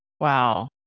wow